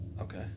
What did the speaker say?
Okay